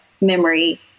memory